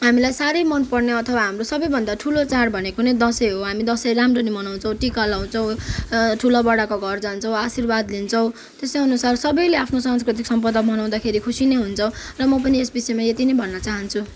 हामीलाई साह्रै मन पर्ने अथवा हाम्रो सबैभन्दा ठुलो चाड भनेको नै दसैँ हो हामी दसैँ राम्ररी मनाउँछौँ टीका लाउँछौँ ठुला बडाका घर जान्छौँ आशीर्वाद लिन्छौँ त्यस्तै अनुसार सबैले आफ्नो सांस्कृतिक सम्पदा मनाउँदाखेरि खुसी नै हुन्छौँ र म पनि यस बिषयमा यति नै भन्न चाहान्छु